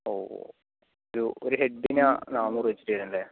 ഓ ഒരു ഒര് ഹെഡിന് നാന്നൂറ് വെച്ചിട്ട് വരുമല്ലേ